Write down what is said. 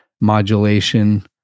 modulation